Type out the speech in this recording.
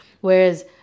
Whereas